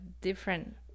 different